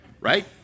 Right